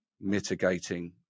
mitigating